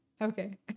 Okay